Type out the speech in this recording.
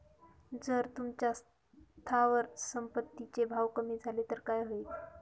जर तुमच्या स्थावर संपत्ती चे भाव कमी झाले तर काय होईल?